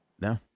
no